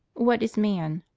what is man?